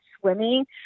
swimming